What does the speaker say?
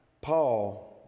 Paul